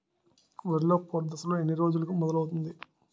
వరిలో పూత దశ ఎన్ని రోజులకు మొదలవుతుంది?